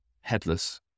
Headless